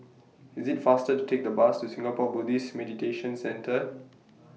IS IT faster to Take The Bus to Singapore Buddhist Meditation Centre